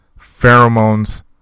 Pheromones